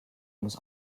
muss